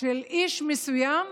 של איש מסוים,